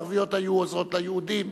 ערביות היו עוזרות ליהודים.